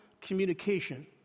communication